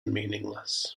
meaningless